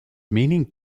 meaning